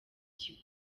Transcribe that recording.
kigo